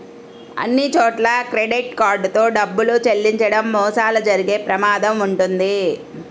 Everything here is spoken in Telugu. అన్నిచోట్లా క్రెడిట్ కార్డ్ తో డబ్బులు చెల్లించడం మోసాలు జరిగే ప్రమాదం వుంటది